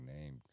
name